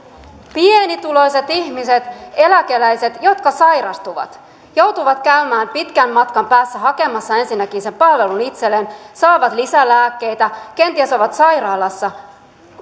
pienituloiset ihmiset eläkeläiset jotka sairastuvat joutuvat käymään pitkän matkan päässä hakemassa ensinnäkin sen palvelun itselleen saavat lisää lääkkeitä kenties ovat sairaalassa